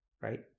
right